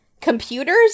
Computers